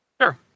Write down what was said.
Sure